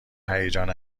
هیجان